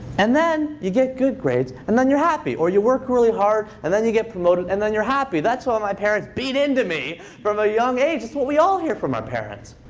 and then you get good grades, and then you're happy. or you work really hard and then you get promoted, and then you're happy. that's what my parents beat into me from a young age. it's what we all hear from our parents.